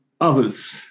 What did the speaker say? others